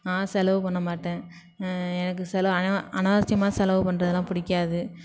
நான் செலவு பண்ண மாட்டேன் எனக்கு செலவு ஆனால் அநாவசியமான செலவு பண்ணுறதெல்லாம் பிடிக்காது